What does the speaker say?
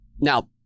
Now